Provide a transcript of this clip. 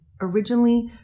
originally